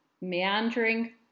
meandering